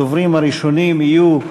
הדוברים הראשונים יהיו,